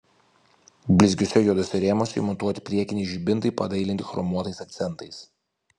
blizgiuose juoduose rėmuose įmontuoti priekiniai žibintai padailinti chromuotais akcentais